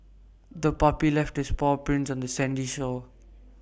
the puppy left its paw prints on the sandy shore